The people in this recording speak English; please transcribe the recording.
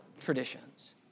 traditions